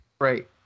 Right